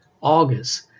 August